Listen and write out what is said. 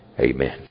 Amen